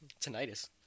Tinnitus